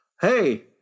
Hey